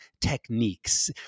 techniques